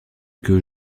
que